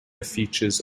features